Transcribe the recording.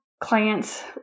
clients